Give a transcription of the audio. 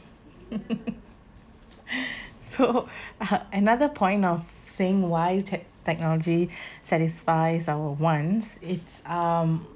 so uh another point of saying why tech~ technology satisfies our wants it's um